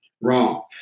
Wrong